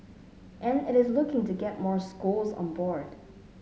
and it is looking to get more schools on board